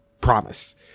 Promise